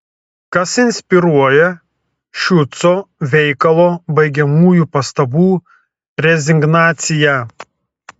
kas inspiruoja šiuco veikalo baigiamųjų pastabų rezignaciją